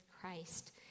christ